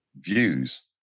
views